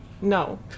no